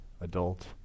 adult